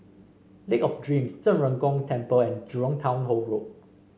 Lake of Dreams Zhen Ren Gong Temple and Jurong Town Hall Road